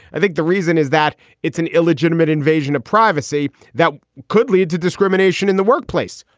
i think the reason is that it's an illegitimate invasion of privacy that could lead to discrimination in the workplace.